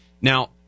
Now